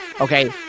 Okay